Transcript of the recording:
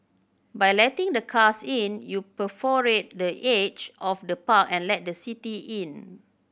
by letting the cars in you perforate the edge of the park and let the city in